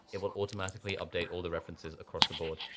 it will automatically update all the references across the board.